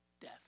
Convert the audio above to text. death